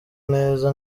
neza